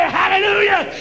hallelujah